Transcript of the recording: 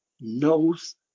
knows